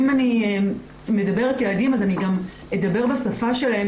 אם אני מדברת ילדים, אז אני גם אדבר בשפה שלהם.